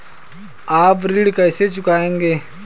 आप ऋण कैसे चुकाएंगे?